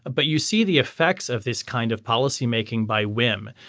but you see the effects of this kind of policymaking by whim.